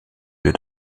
den